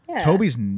Toby's